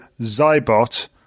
Zybot